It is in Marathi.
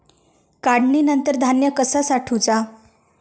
काढणीनंतर धान्य कसा साठवुचा?